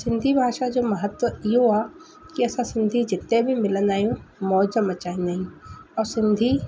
सिंधी भाषा जो महत्व इहो आहे की असां सिंधी जिते बि मिलंदा आहियूं मौज मचाईंदा आहियूं ऐं सिंधी